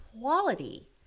quality